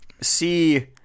see